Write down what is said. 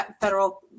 federal